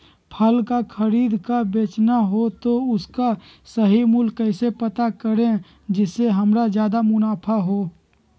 फल का खरीद का बेचना हो तो उसका सही मूल्य कैसे पता करें जिससे हमारा ज्याद मुनाफा हो?